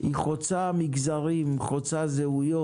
חוצה מגזרים, חוצה זהויות.